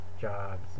jobs